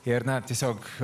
ir na tiesiog